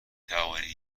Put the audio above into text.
توانید